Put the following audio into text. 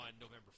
November